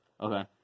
Okay